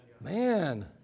man